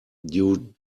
due